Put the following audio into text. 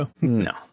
No